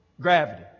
gravity